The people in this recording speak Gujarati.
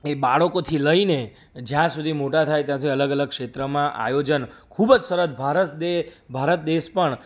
એ બાળકોથી લઈને જ્યાં સુધી મોટા થાય ત્યાં સુધી અલગ અલગ ક્ષેત્રમાં આયોજન ખૂબ જ સરસ ભારત ભારત દેશ પણ